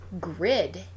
grid